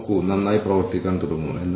അതിനാൽ നമ്മൾ എത്ര പേരെ റിക്രൂട്ട് ചെയ്തു